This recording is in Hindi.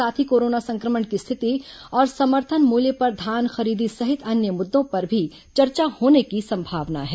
साथ ही कोरोना संक्रमण की स्थिति और समर्थन मूल्य पर धान खरीदी सहित अन्य मुद्दों पर भी चर्चा होने की संभावना है